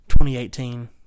2018